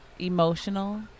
Emotional